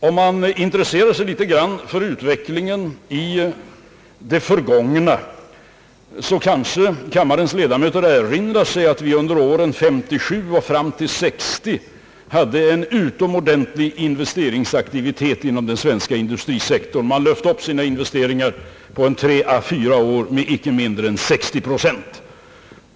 Om man intresserar sig litet för utvecklingen i det förgångna kanske man erinrar sig att vi under åren från 1957 fram till 1960 hade en utomordentligt hög investeringsaktivitet inom den svenska industrisektorn. Man ökade sina investeringar under tre å fyra år med inte mindre än 60 procent.